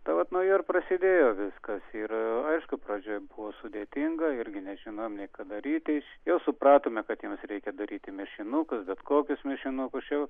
tai vat nuo jo ir prasidėjo viskas ir aišku pradžioj buvo sudėtinga irgi nežinojom nei ką daryti jau supratome kad jiems reikia daryti mišinukų bet kokius mišinukus čia jau